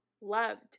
loved